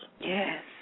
Yes